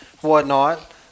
whatnot